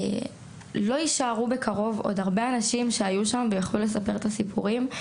לא יישארו בקרוב עוד הרבה אנשים שהיו שם ויוכלו לספר את הסיפורים.